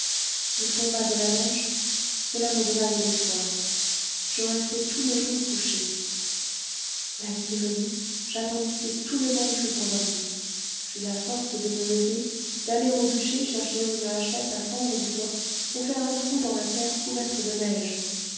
il tomba de la neige cela me donna de l'espoir je restai tout le jour couchée la nuit venue j'attendis que tout le monde fût endormi j'eus la force de me lever d'aller au bûcher chercher une hachette à fendre du bois pour faire un trou dans la terre couverte de neige